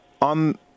on